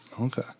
Okay